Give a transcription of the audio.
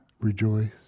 rejoice